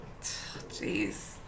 jeez